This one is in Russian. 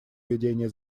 ведения